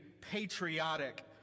patriotic